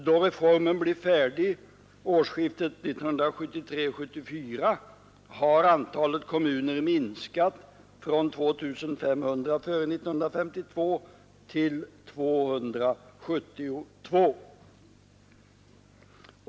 Då reformen blir färdig årsskiftet 1973—1974 har antalet kommuner minskat från 2 500 före 1952 till 272.